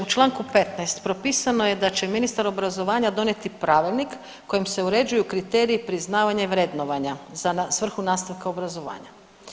U Članku 15. propisano je da će ministar obrazovanja donijeti pravilnik kojim se uređuju kriteriji priznavanja i vrednovanja za svrhu nastavka obrazovanja.